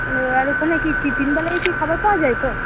মানে আর ওখানে কি তিনবেলাই কি খাবার পাওয়া যায় তো